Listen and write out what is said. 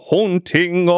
Haunting